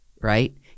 right